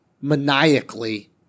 maniacally